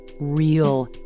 real